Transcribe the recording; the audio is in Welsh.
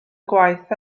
gwaith